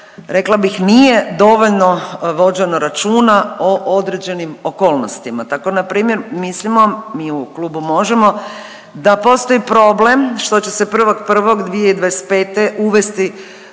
rekla bih nije dovoljno vođeno računa o određenim okolnostima, tako npr. mislimo mi u klubu Možemo! da postoji problem što će se 1.1.2025. uvesti